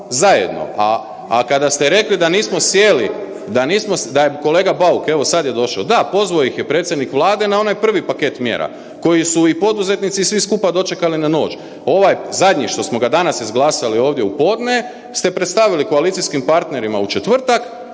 zajedno. A kada ste rekli da nismo sjeli, da nismo, da je, kolega Bauk, evo sad je došao, da pozvao ih je predsjednik Vlade na onaj prvi paket mjera koji su i poduzetnici i svi skupa dočekali na nož. Ovaj zadnji što smo ga danas izglasali ovdje u podne ste predstavili koalicijskim partnerima u četvrtak